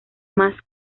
más